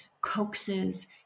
coaxes